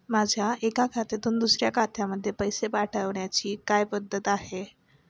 माझ्या एका खात्यातून दुसऱ्या खात्यामध्ये पैसे पाठवण्याची काय पद्धत आहे?